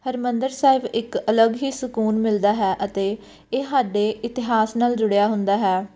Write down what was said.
ਹਰਿਮੰਦਰ ਸਾਹਿਬ ਇੱਕ ਅਲੱਗ ਹੀ ਸਕੂਨ ਮਿਲਦਾ ਹੈ ਅਤੇ ਇਹ ਸਾਡੇ ਇਤਿਹਾਸ ਨਾਲ ਜੁੜਿਆ ਹੁੰਦਾ ਹੈ